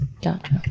Gotcha